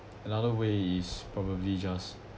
another way is probably just